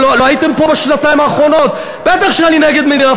למה אתה לא עונה לי?